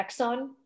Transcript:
Exxon